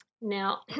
Now